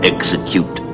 Execute